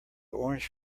orange